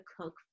cook